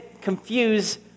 confuse